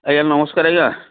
ଆଜ୍ଞା ନମସ୍କାର ଆଜ୍ଞା